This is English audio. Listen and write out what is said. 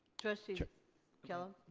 trustee kellogg,